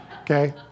okay